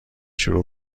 شروع